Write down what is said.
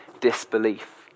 disbelief